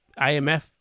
IMF